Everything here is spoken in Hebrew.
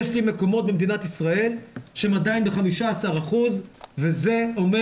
יש לי מקומות במדינת ישראל שהם עדיין ב-15% וזה אומר